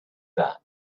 that